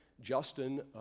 justin